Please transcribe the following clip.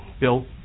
Bill